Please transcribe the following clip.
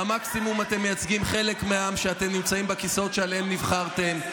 במקסימום אתם מייצגים את חלק מהעם שאתם נמצאים בכיסאות שעליהם נבחרתם.